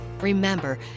Remember